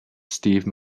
steve